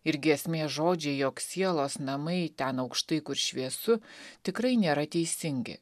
ir giesmės žodžiai jog sielos namai ten aukštai kur šviesu tikrai nėra teisingi